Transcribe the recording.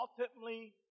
ultimately